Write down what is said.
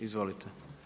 Izvolite.